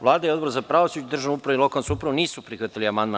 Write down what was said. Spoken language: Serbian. Vlada i Odbor za pravosuđe, državnu upravu i lokalnu samoupravu nisu prihvatili amandman.